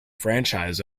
franchise